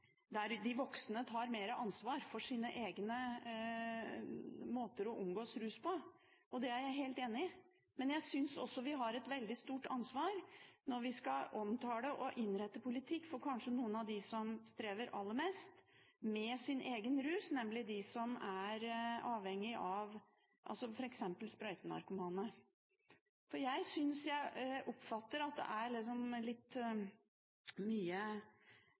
der de voksne tar mer ansvar for sine egne måter å omgås rus på. Det er jeg helt enig i, men jeg synes også vi har et veldig stort ansvar når vi skal omtale og innrette politikk for noen av dem som kanskje strever aller mest med sin egen rus, f.eks. sprøytenarkomane. Jeg oppfatter at det er litt mye